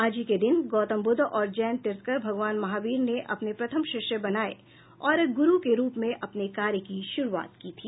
आज ही के दिन गौतम बुद्ध और जैन तीर्थंकर भगवान महावीर ने अपने प्रथम शिष्य बनाये और गुरू के रूप में अपने कार्य की शुरूआत की थी